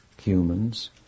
humans